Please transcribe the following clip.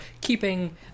keeping